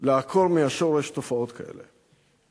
לעקור מהשורש תופעות כאלה.